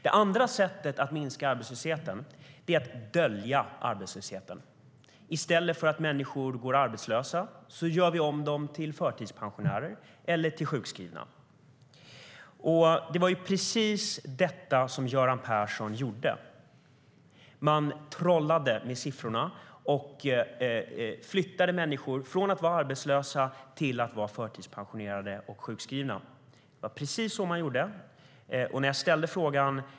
Det andra sättet att minska arbetslösheten är att dölja den. I stället för att människor går arbetslösa gör vi om dem till förtidspensionärer eller till sjukskrivna. Det var precis det som Göran Persson gjorde. Man trollade med siffrorna och flyttade människor från att vara arbetslösa till att vara förtidspensionerade och sjukskrivna. Det var så man gjorde.